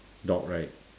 dog right